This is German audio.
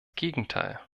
gegenteil